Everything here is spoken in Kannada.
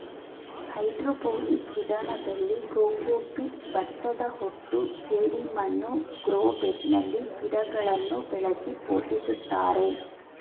ಹೈಡ್ರೋಪೋನಿಕ್ ವಿಧಾನದಲ್ಲಿ ಕೋಕೋಪೀಟ್, ಭತ್ತದಹೊಟ್ಟು ಜೆಡಿಮಣ್ಣು ಗ್ರೋ ಬೆಡ್ನಲ್ಲಿ ಗಿಡಗಳನ್ನು ಬೆಳೆಸಿ ಪೋಷಿಸುತ್ತಾರೆ